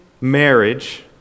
marriage